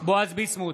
בועז ביסמוט,